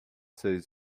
say